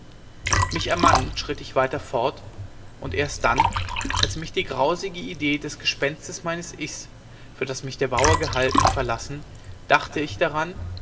mich ermannend schritt ich weiter fort und erst dann als mich die grausige idee des gespenstes meines ichs für das mich der bauer gehalten verlassen dachte ich daran